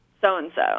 so-and-so